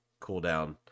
cooldown